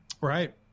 Right